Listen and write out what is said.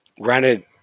granted